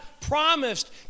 promised